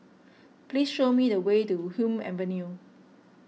please show me the way to Hume Avenue